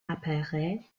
apparaît